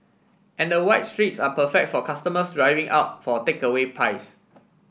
and the wide streets are perfect for customers driving up for takeaway pies